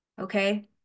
okay